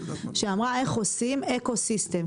שאמרה איך עושים אקוסיסטם,